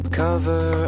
cover